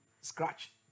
scratch